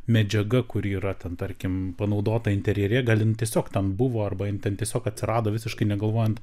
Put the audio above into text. medžiaga kuri yra ten tarkim panaudota interjere gal jin tiesiog ten buvo arba ji ten tiesiog atsirado visiškai negalvojant